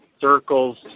circles